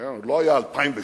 זה לא היה 2006